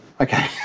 Okay